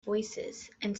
voicesand